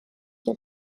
die